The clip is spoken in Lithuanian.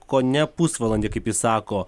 kone pusvalandį kaip jis sako